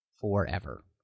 forever